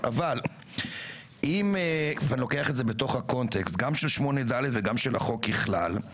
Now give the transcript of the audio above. אבל אם אני לוקח את זה בתוך הקונטקסט גם של 8ד וגם של החוק ככלל,